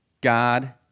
God